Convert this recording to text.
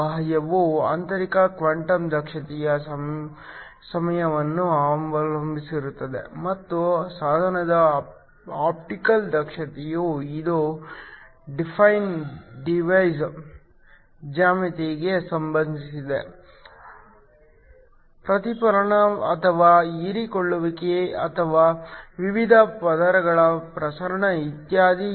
ಆದ್ದರಿಂದ η ಬಾಹ್ಯವು ಆಂತರಿಕ ಕ್ವಾಂಟಮ್ ದಕ್ಷತೆಯ ಸಮಯವನ್ನು ಅವಲಂಬಿಸಿರುತ್ತದೆ ಮತ್ತು ಸಾಧನದ ಆಪ್ಟಿಕಲ್ ದಕ್ಷತೆಯು ಇದು ಡಿಫೈನ್ ಡಿವೈಸ್ ಜ್ಯಾಮಿತಿಗೆ ಸಂಬಂಧಿಸಿದೆ ಪ್ರತಿಫಲನ ಅಥವಾ ಹೀರಿಕೊಳ್ಳುವಿಕೆ ಅಥವಾ ವಿವಿಧ ಪದರಗಳ ಪ್ರಸರಣ ಇತ್ಯಾದಿ